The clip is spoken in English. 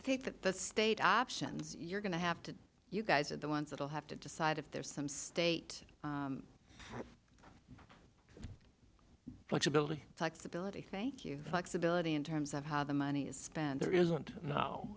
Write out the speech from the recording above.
state that the state option you're going to have to you guys are the ones that will have to decide if there's some state flexibility flexibility thank you flexibility in terms of how the money is spent there isn't no